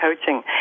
coaching